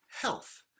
health